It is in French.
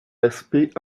aspect